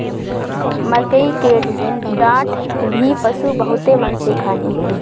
मकई के डाठ भी पशु बहुते मन से खाने